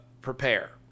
prepare